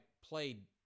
played